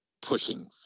pushing